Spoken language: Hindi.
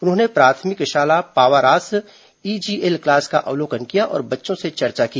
उन्होंने प्राथमिक शाला पावारास ईजीएल क्लास का अवलोकन किया और बच्चों से चर्चा की